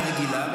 מהרגילה,